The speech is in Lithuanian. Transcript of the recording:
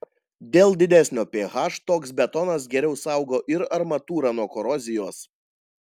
dėl didesnio ph toks betonas geriau saugo ir armatūrą nuo korozijos